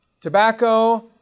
tobacco